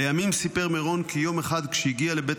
לימים סיפר מרון כי יום אחד כשהגיע לבית